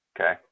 Okay